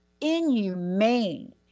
inhumane